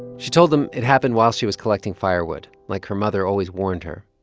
she told them it happened while she was collecting firewood, like her mother always warned her.